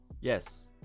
yes